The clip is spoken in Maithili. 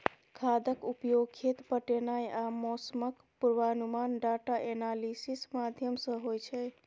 खादक उपयोग, खेत पटेनाइ आ मौसमक पूर्वानुमान डाटा एनालिसिस माध्यमसँ होइ छै